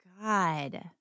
God